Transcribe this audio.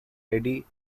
edie